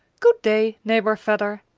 good day, neighbor vedder,